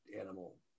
animal